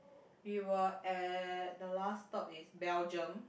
we were at the last stop is Belgium